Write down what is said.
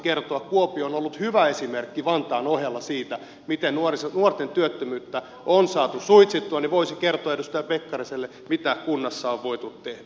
kuopio on ollut hyvä esimerkki vantaan ohella siitä miten nuorten työttömyyttä on saatu suitsittua joten hän voisi kertoa edustaja pekkariselle mitä kunnassa on voitu tehdä